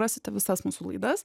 rasite visas mūsų laidas